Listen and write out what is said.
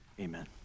amen